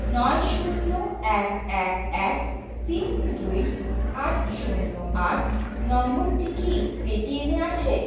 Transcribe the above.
নয় শূন্য এক এক এক তিন দুই আট শূন্য আট নম্বরটি কি পেটিএমে আছে